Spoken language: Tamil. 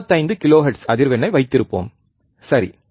25 கிலோஹெர்ட்ஸ் அதிர்வெண்ணை வைத்திருப்போம் சரி